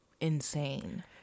insane